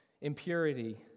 impurity